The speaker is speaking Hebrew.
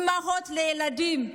אימהות לילדים.